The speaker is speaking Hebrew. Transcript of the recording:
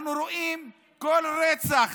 בכל רצח